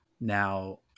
Now